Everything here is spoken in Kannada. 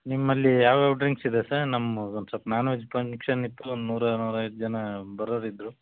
ನಿಮ್ಮಲ್ಲಿ ಯಾವ ಯಾವ ಡ್ರಿಂಕ್ಸ್ ಇದೆ ಸರ್ ನಮ್ಗೆ ಒಂದು ಸ್ವಲ್ಪ ನಾನ್ ವೆಜ್ ಪಂಕ್ಷನ್ ಇತ್ತು ಒಂದು ನೂರು ನೂರೈವತ್ತು ಜನ ಬರೋರಿದ್ದರು